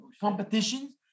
competitions